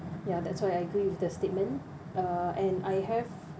ya that's why I agree with the statement uh and I have